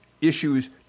issues